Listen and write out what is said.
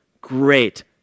Great